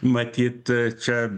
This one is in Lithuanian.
matyt čia